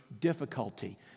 difficulty